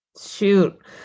Shoot